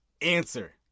answer